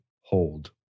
hold